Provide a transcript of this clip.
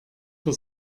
für